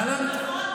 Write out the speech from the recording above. גלנט?